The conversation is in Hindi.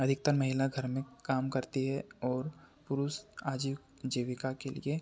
अधिकतर महिला घर में काम करती है और पुरुस आजीव जीविका के लिए